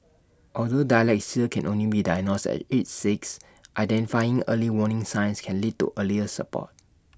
although dyslexia can only be diagnosed at age six identifying early warning signs can lead to earlier support